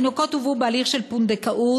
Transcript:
התינוקות הובאו בהליך של פונדקאות,